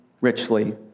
richly